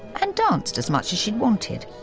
and danced as much as she'd wanted.